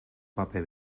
paper